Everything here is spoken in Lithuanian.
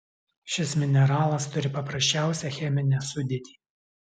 šis mineralas turi paprasčiausią cheminę sudėtį